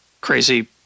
crazy